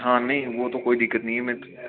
हाँ नहीं वो तो कोई दिक्कत नहीं है मैं